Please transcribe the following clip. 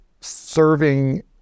serving